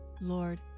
Lord